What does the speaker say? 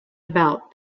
about